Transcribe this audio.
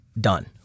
done